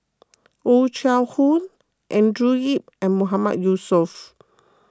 Oh Chai Hoo Andrew Yip and Mahmood Yusof